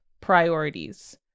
priorities